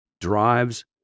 drives